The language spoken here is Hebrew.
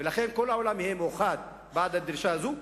ולכן כל העולם יהיה מאוחד בדרישה הזאת,